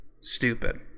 stupid